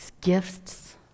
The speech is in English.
gifts